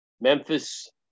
Memphis